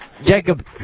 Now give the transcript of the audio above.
Jacob